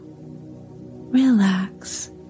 relax